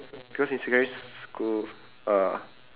because in secondary school uh